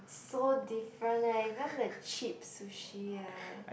so different eh even the cheap sushi eh